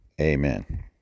Amen